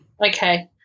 okay